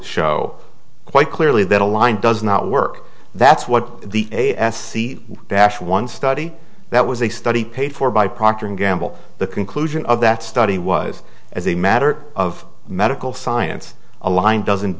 show quite clearly that a line does not work that's what the a s c bash one study that was a study paid for by procter and gamble the conclusion of that study was as a matter of medical science a line doesn't